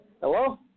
Hello